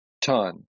ton